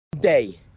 day